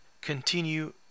continue